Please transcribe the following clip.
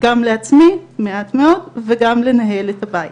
גם לעצמי מעט מאוד, וגם כדי לנהל את הבית.